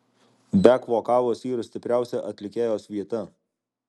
bek vokalas yra stipriausia atlikėjos vieta